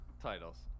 Titles